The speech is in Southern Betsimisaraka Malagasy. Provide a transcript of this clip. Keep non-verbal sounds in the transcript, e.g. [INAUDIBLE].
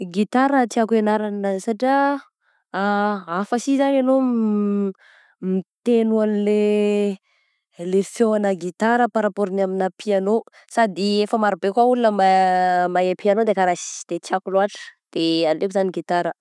Gitara tiako hianaragna satria [HESITATION] hafa sy zany ianao [HESITATION] mitegno anle le feoana gitara par rapport ny amina piano, sady efa marobe koa ny olona ma-mahay piano de karaha sy de tiako loatra de aleoko zany gitara.